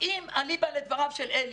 אם אליבא לדבריו של עלי,